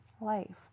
life